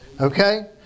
Okay